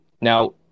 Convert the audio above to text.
now